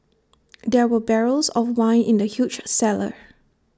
there were barrels of wine in the huge cellar